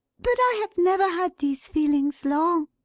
but i have never had these feelings long.